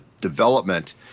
development